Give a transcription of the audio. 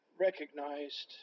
recognized